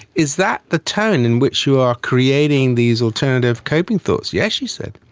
is that the tone in which you are creating these alternative coping thoughts. yes she said.